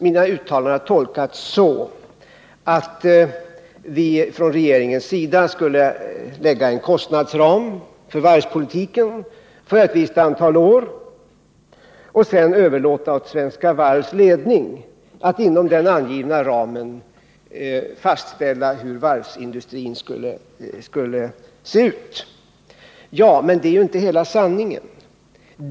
Mina uttalanden har tolkats så att vi från regeringens sida skulle lägga en kostnadsram för varvspolitiken för ett visst antal år och sedan överlåta åt Svenska Varvs ledning att inom den angivna ramen fastställa hur varvsindustrin skall se ut. Men det är inte hela sanningen.